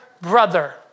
brother